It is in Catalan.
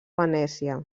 venècia